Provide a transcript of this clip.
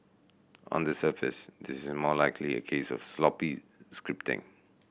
on the surface this is most likely a case of sloppy scripting